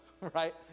right